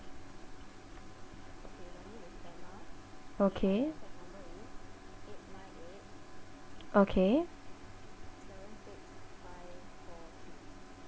okay okay